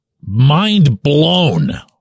mind-blown